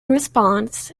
response